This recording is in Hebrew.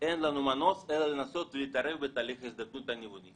אין לנו מנוס אלא לנסות להתערב בתהליך ההזדקנות הניווני.